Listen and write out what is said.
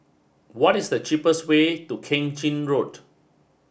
what is the cheapest way to Keng Chin Road